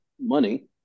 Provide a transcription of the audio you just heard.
money